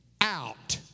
out